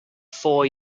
four